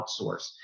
outsource